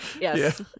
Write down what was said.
Yes